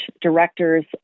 directors